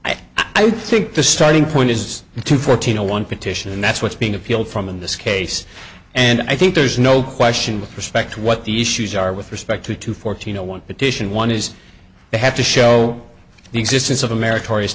i think the starting point is to fourteen a one petition and that's what's being appealed from in this case and i think there's no question with respect to what the issues are with respect to two fourteen zero one petition one is they have to show the existence of america